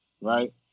right